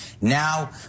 Now